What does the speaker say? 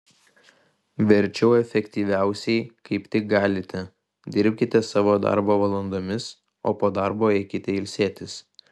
verčiau efektyviausiai kaip tik galite dirbkite savo darbo valandomis o po darbo eikite ilsėtis